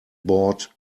bought